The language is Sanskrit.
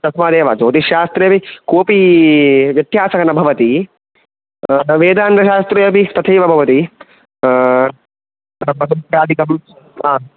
तस्मादेव ज्योतिशास्त्रेऽपि कोऽपि व्यत्यासः न भवति वेदान्तशास्त्रेऽपि तथेव भवति प्रपत्याधिकं